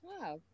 Wow